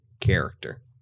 character